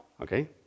Okay